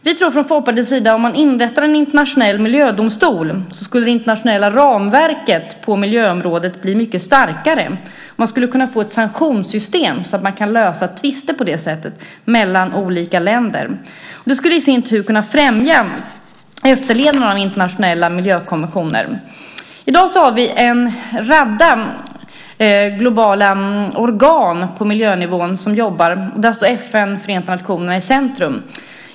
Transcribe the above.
Vi tror från Folkpartiets sida att om man inrättar en internationell miljödomstol skulle det internationella ramverket på miljöområdet bli mycket starkare. Man skulle kunna få ett sanktionssystem så att man på det sättet kan lösa tvister mellan olika länder. Det skulle i sin tur kunna främja efterlevnaden av internationella miljökonventioner. I dag har vi en radda globala organ på miljönivån som jobbar. Där står FN, Förenta nationerna, i centrum.